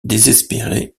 désespéré